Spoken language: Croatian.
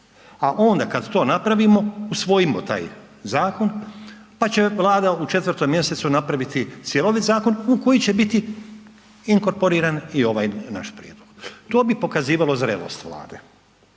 a onda kad to napravimo, usvojimo taj zakon pa će Vlada u 4 mj. napraviti cjeloviti zakon u koji će biti inkorporiran i ovaj naš prijedlog. To bi pokazivali zrelost Vlade.